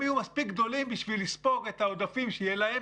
יהיו מספיק גדולים בשביל לספוג את העודפים שיש להם,